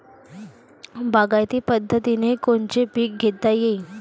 बागायती पद्धतीनं कोनचे पीक घेता येईन?